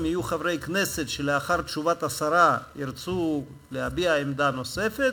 אם יהיו חברי כנסת שלאחר תשובת השרה ירצו להביע עמדה נוספת,